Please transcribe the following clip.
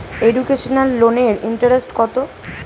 Educational লোনের interest কত?